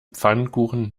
pfannkuchen